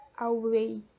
away